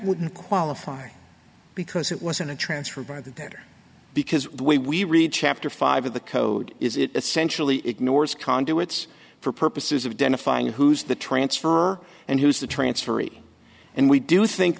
wouldn't qualify because it wasn't a transfer by the debtor because the way we read chapter five of the code is it essentially ignores conduits for purposes of dennis fine who's the transfer and who's the transferee and we do think